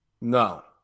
No